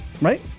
Right